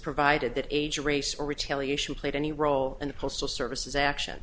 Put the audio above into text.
provided that age race or retaliation played any role in the postal service action